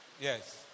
yes